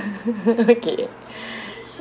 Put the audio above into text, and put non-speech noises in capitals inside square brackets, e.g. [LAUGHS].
[LAUGHS] okay [BREATH]